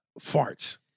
farts